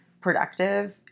productive